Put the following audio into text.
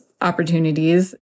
opportunities